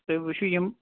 تُہۍ وٕچھِو یِم